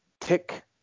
tick